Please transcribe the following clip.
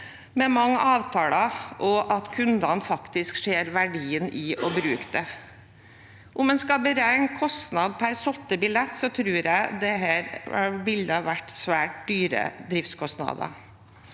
med mange avtaler, og at kundene faktisk ser verdien i å bruke den. Om en skulle beregne kostnadene per solgte billett, tror jeg det ville ha vært svært høye driftskostnader.